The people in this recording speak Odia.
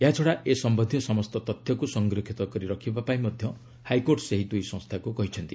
ଏହାଛଡ଼ା ଏ ସମ୍ବନ୍ଧୀୟ ସମସ୍ତ ତଥ୍ୟକୁ ସଂରକ୍ଷିତ କରି ରଖିବା ପାଇଁ ମଧ୍ୟ ହାଇକୋର୍ଟ ସେହି ଦୁଇ ସଂସ୍ଥାକୁ କହିଛନ୍ତି